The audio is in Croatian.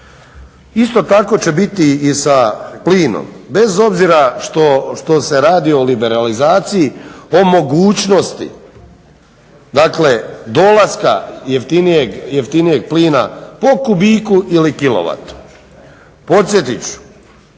Isto tako će biti i sa plinom, bez obzira što radi o liberalizaciji o mogućnosti dolaska jeftinijeg plina po kubiku ili kilovatu. Podsjetit